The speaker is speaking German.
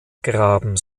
graben